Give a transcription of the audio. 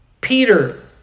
Peter